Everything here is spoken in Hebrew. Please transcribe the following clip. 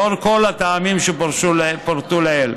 לאור כל הטעמים שפורטו לעיל,